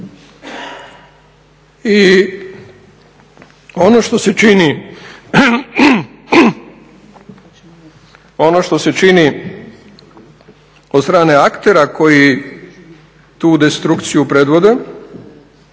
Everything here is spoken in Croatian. I ono što se čini od strane aktera koji tu destrukciju predvode,